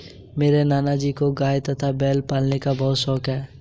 मेरे नाना जी को गाय तथा बैल पालन का बहुत शौक था